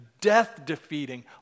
death-defeating